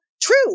true